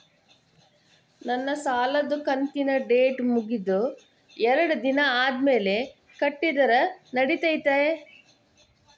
ನನ್ನ ಸಾಲದು ಕಂತಿನ ಡೇಟ್ ಮುಗಿದ ಎರಡು ದಿನ ಆದ್ಮೇಲೆ ಕಟ್ಟಿದರ ನಡಿತೈತಿ?